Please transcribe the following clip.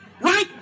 right